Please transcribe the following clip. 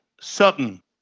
Sutton